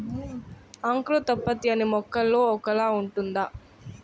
అంకురోత్పత్తి అన్నీ మొక్కల్లో ఒకేలా ఉంటుందా?